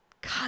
God